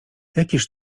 jakiż